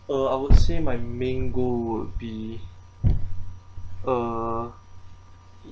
uh I would say my main goal would be uh